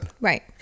Right